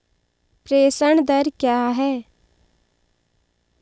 प्रेषण दर क्या है?